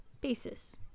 basis